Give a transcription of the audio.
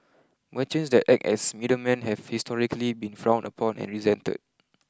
merchants that act as middlemen have historically been frowned upon and resented